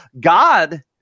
god